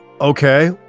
Okay